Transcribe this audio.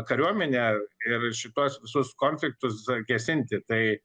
kariuomenę ir šituos visus konfliktus gesinti tai